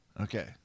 Okay